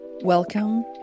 Welcome